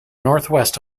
northwest